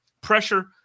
pressure